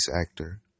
actor